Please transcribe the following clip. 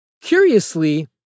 Curiously